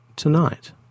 tonight